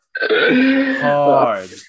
hard